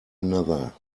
another